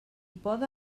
poda